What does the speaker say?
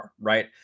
right